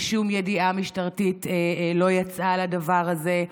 ושום ידיעה משטרתית לא יצאה על הדבר הזה.